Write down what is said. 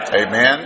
Amen